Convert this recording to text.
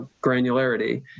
granularity